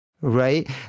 Right